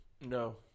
No